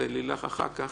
ולילך אחר כך.